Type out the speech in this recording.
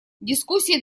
дискуссии